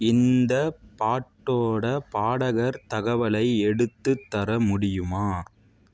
இந்ப் பாட்டோடய பாடகர் தகவலை எடுத்துத் தர முடியுமா